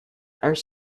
are